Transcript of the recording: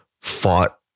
fought